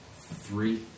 Three